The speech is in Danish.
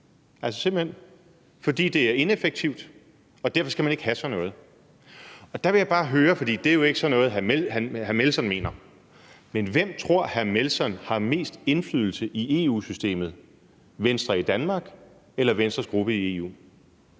ondt, simpelt hen, fordi det er ineffektivt, og derfor skal man ikke have sådan noget. Og det er jo ikke sådan noget, hr. Christoffer Aagaard Melson mener, men hvem tror hr. Christoffer Aagaard Melson har mest indflydelse i EU-systemet – Venstre i Danmark eller Venstres gruppe i EU?